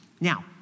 Now